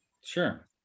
Sure